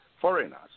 foreigners